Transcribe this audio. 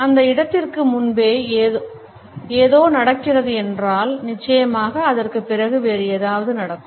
அந்த இடத்திற்கு முன்பே ஏதோ நடக்கிறது என்றால் நிச்சயமாக அதற்குப் பிறகு வேறு ஏதாவது நடக்கும்